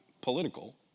political